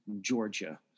Georgia